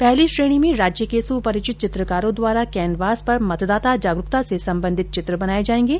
पहली श्रेणी में राज्य के सुपरिचित चित्रकारों द्वारा कैनवास पर मतदाता जागरूकता से संबंधित चित्र बनाए जाएंगे